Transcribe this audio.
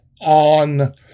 on